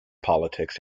politics